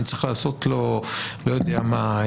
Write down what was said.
אני צריך לעשות לו לא יודע מה,